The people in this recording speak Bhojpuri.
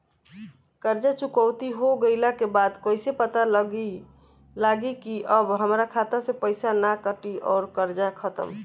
कर्जा चुकौती हो गइला के बाद कइसे पता लागी की अब हमरा खाता से पईसा ना कटी और कर्जा खत्म?